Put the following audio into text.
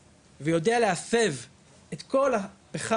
סגירת היחידות ביוני 2022. כמו שהזכרתם,